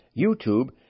YouTube